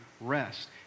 rest